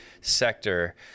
sector